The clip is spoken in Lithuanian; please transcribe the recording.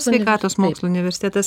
sveikatos mokslų universitetas